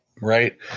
right